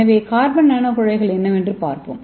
எனவே கார்பன் நானோகுழாய்கள் என்னவென்று பார்ப்போம்